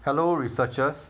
hello researchers